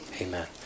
Amen